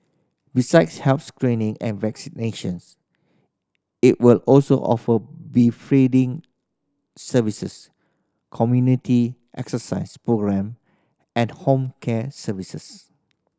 besides health screening and vaccinations it will also offer befriending services community exercise programme and home care services